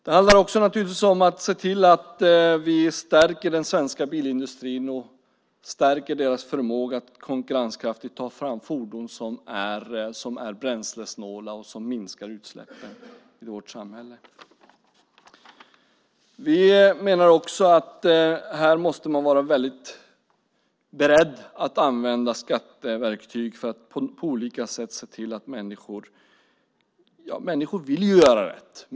Det handlar också naturligtvis om att se till att vi stärker den svenska bilindustrin och dess förmåga att konkurrenskraftigt ta fram fordon som är bränslesnåla och som minskar utsläppen i vårt samhälle. Vi menar också att man måste vara beredd att använda skatteverktyg för att på olika sätt se till att människor gör rätt. Människor vill ju göra rätt.